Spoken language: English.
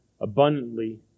abundantly